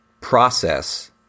process